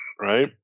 right